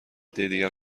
دیگر